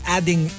Adding